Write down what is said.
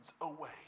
away